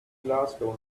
glasgow